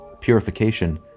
Purification